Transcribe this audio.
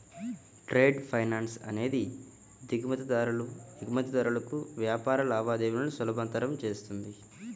trade finance అనేది దిగుమతిదారులు, ఎగుమతిదారులకు వ్యాపార లావాదేవీలను సులభతరం చేస్తుంది